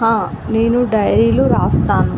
హా నేను డైరీలు వ్రాస్తాను